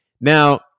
Now